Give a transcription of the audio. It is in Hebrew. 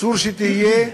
אסור שתהיה,